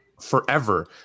forever